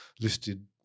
listed